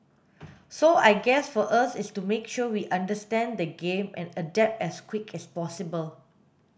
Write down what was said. so I guess for us is to make sure we understand the game and adapt as quick as possible